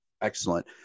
Excellent